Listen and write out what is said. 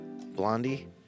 Blondie